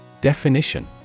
Definition